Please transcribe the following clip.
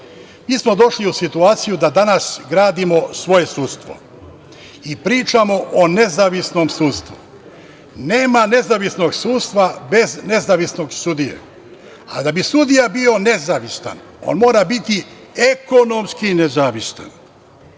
smo došli u situaciju da danas gradimo svoje sudstvo i pričamo o nezavisnom sudstvu. Nema nezavisnog sudstva bez nezavisnog sudije, a da bi sudija bio nezavistan, on mora biti ekonomski nezavistan.